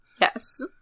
Yes